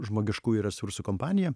žmogiškųjų resursų kompanija